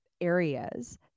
areas